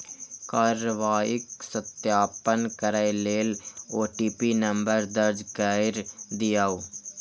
कार्रवाईक सत्यापन करै लेल ओ.टी.पी नंबर दर्ज कैर दियौ